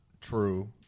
true